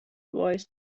voice